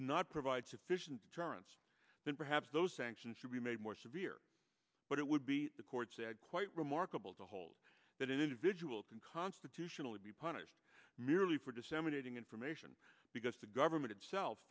did not provide sufficient tarrant's then perhaps those sanctions should be made more severe but it would be the court said quite remarkable to hold that an individual can constitutionally be punished merely for disseminating information because the government itself